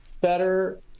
better